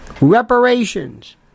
reparations